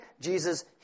Jesus